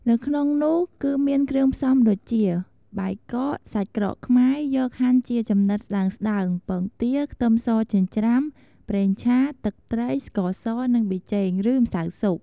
នៅក្នុងនោះ គឺមានគ្រឿងផ្សំដូចជា បាយកក សាច់ក្រកខ្មែរ យកហាន់ជាចំណិតស្តើងៗ ពងទា ខ្ទឹមសចិញ្ច្រាំ ប្រេងឆា ទឹកត្រី ស្ករស និង ប៊ីចេង ឬម្សៅស៊ុប។